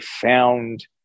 found